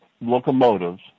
locomotives